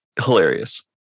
hilarious